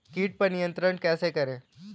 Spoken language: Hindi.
कीट पर नियंत्रण कैसे करें?